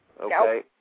Okay